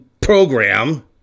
program